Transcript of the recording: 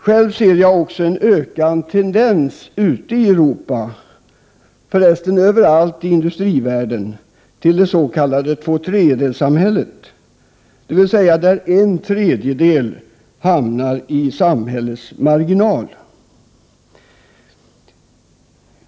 Själv ser jag en ökad tendens ute i Europa — överallt i industrivärlden, för resten — till det s.k. två-tredjedels-samhället, dvs. ett samhälle där en tredjedel hamnar i samhällets marginal.